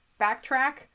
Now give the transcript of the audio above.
backtrack